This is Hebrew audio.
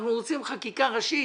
אנחנו רוצים חקיקה ראשית.